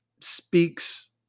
speaks